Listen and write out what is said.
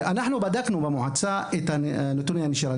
אנחנו במועצה, בדקנו את נתוני הנשירה.